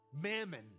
Mammon